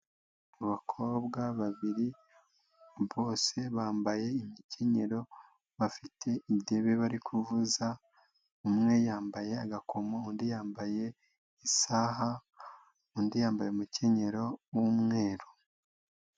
Abakobwa babiri bose bambaye imikenyero bafite idebe bari kuvuza, umwe yambaye agakomo, undi yambaye isaha, undi yambaye umukenyero w'umweru.